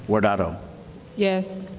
guardado yes.